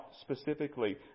specifically